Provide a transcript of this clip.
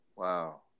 Wow